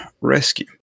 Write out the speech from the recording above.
rescue